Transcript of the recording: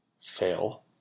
fail